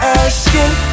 asking